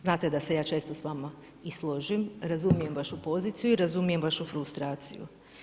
Znate da se ja često s vama i složim, razumijem vašu poziciju i razumijem vašu frustraciju.